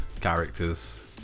characters